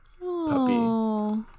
puppy